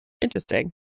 Interesting